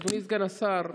אדוני סגן השר,